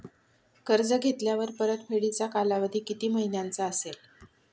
कर्ज घेतल्यावर परतफेडीचा कालावधी किती महिन्यांचा असेल?